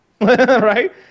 Right